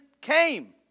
came